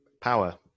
Power